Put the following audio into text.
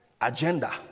agenda